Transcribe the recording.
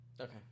Okay